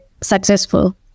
successful